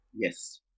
Yes